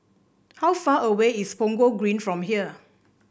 how far away is Punggol Green from here